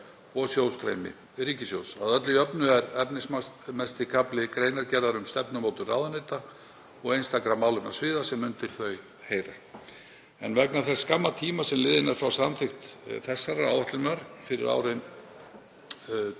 og sjóðstreymis ríkissjóðs. Að öllu jöfnu er efnismesti kafli greinargerðar um stefnumótun ráðuneyta og einstakra málefnasviða sem undir þau heyra. Vegna þess skamma tíma sem liðinn er frá samþykkt áætlunar fyrir árin